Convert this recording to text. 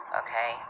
okay